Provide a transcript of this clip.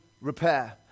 repair